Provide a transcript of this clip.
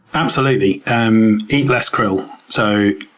absolutely! um eat less krill. so